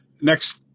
next